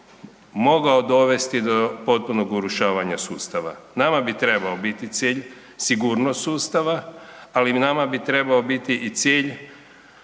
mogao dovesti do potpunog urušavanja sustava. Nama bi trebao biti cilj sigurnost sustava, ali nama bi biti i cilj